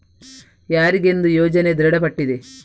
ಯಾರಿಗೆಂದು ಯೋಜನೆ ದೃಢಪಟ್ಟಿದೆ?